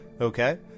Okay